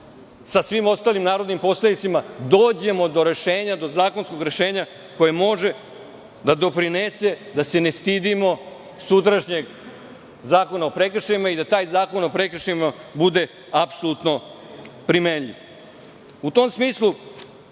sa svim ostalim narodnim poslanicima dođemo do rešenja, do zakonskog rešenja koje može da doprinese da se ne stidimo sutrašnjeg zakona o prekršajima i da taj zakon o prekršajima bude apsolutno primenljiv.U tom smislu,